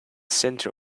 center